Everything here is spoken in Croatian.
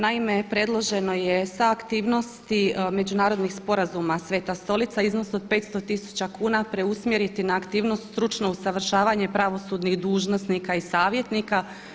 Naime, predloženo je sa aktivnosti međunarodnih sporazuma Sveta Stolica iznos od 500 tisuća kuna preusmjeriti na aktivnost struno usavršavanje pravosudnih dužnosnika i savjetnika.